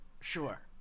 Sure